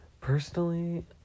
Personally